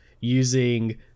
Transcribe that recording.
using